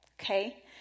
okay